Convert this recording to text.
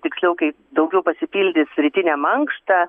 tiksliau kaip daugiau pasipildys rytinę mankštą